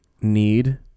need